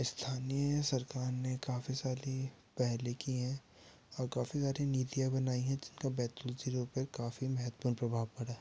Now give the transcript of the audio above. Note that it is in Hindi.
स्थनीय सरकार ने काफ़ी सारी पहले किये हैं और काफ़ी सारी नीतियाँ बनाई है जिनका बैतूल जिलों पे काफ़ी महत्वपूर्ण प्रभाव पड़ा है